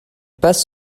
passe